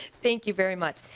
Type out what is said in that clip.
thank you very much.